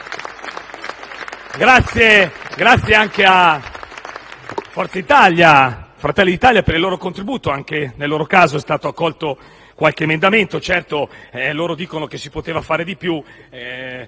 Italia e Fratelli d'Italia per il loro contributo. Anche nel loro caso è stato accolto qualche emendamento. Certo, loro dicono che si poteva fare di più.